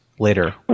Later